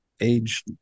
age